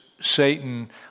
Satan